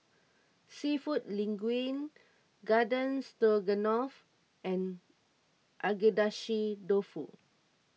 Seafood Linguine Garden Stroganoff and Agedashi Dofu